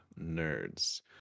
nerds